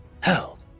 held